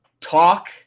talk